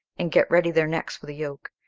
and get ready their necks for the yoke,